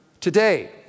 today